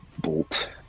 bolt